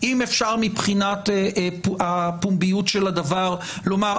אם אפשר מבחינת הפומביות של הדבר לומר,